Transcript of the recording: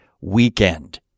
weekend